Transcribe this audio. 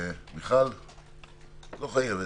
מיכל, את לא חייבת.